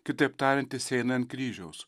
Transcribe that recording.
kitaip tariant jis eina ant kryžiaus